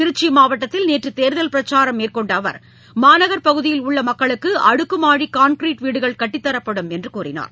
திருச்சி மாவட்டத்தில் நேற்று தேர்தல் பிரச்சாரம் மேற்கொண்ட அவர் மாநகர் பகுதியில் உள்ள மக்களுக்கு அடுக்குமாடி கான்கிரீட் வீடுகள் கட்டித்தரப்படும் என்று கூறினார்